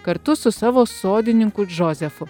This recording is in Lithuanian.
kartu su savo sodininku džozefu